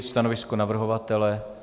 Stanovisko navrhovatele?